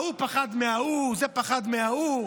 ההוא פחד מההוא, זה פחד מההוא.